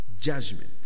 Judgment